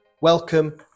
Welcome